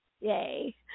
Yay